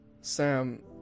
Sam